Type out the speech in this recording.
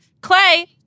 Clay